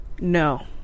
No